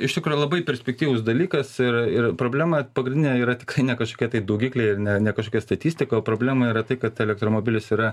iš tikro labai perspektyvus dalykas ir ir problema pagrindinė yra tikrai ne kažkokie tai daugikliai ar ne ne kažkokia statistika o problema yra tai kad elektromobilis yra